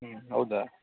ಹ್ಞೂ ಹೌದಾ